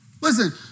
Listen